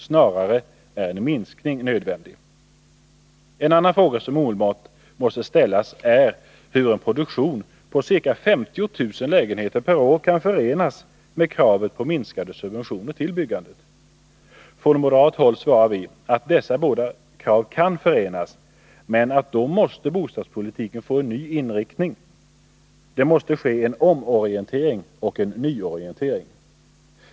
Snarare är en minskning nödvändig. En annan fråga som omedelbart måste ställas är hur en produktion på ca 50 000 lägenheter per år kan förenas med kravet på minskade subventioner till byggandet. Från moderat håll svarar vi att dessa båda krav kan förenas, men att bostadspolitiken då måste få en ny inriktning. Det måste ske en omorientering och en nyorientering.